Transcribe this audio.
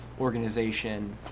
organization